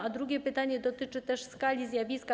A drugie pytanie dotyczy skali zjawiska.